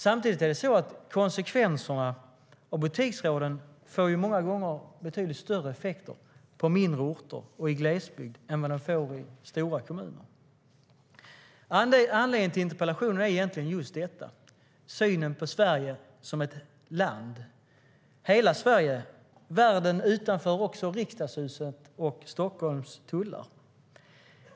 Samtidigt får många gånger butiksrånen betydligt större effekter på mindre orter och i glesbygd än vad de får i stora kommuner. Anledningen till interpellationen handlar egentligen om just detta. Det handlar om synen på Sverige som ett land. Det handlar om hela Sverige, också världen utanför Riksdagshuset och Stockholms tullar.